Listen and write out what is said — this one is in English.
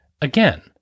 again